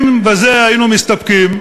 אם בזה היינו מסתפקים,